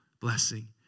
blessing